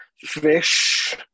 Fish